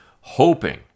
hoping